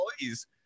employees